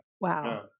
wow